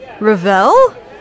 Ravel